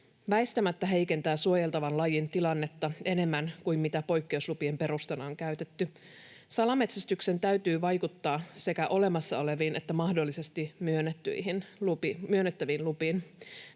väistämättä heikentää suojeltavan lajin tilannetta enemmän kuin mitä poikkeuslupien perustana on käytetty. Salametsästyksen täytyy vaikuttaa sekä olemassa oleviin että mahdollisesti myönnettäviin lupiin.